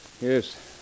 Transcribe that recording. Yes